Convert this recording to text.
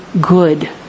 good